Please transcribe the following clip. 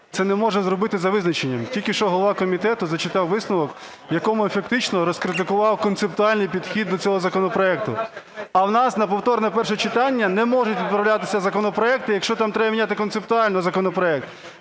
це не може зробити за визначенням. Тільки що голова комітету зачитав висновок, в якому фактично розкритикував концептуальний підхід до цього законопроекту. А в нас на повторне перше читання не можуть відправлятися законопроекти, якщо там треба міняти концептуально законопроект.